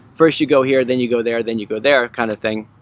first you go here, then you go there, then you go there kind of thing.